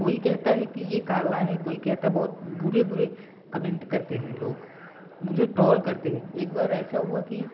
कोई कहता है कि ये काला है कोई कहता बहुत बुरे बुरे कमेन्ट करते हैं लोग मुझे टौल करते हैं एक बार ऐसा हुआ कि